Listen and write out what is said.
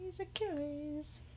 Achilles